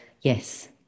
yes